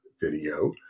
video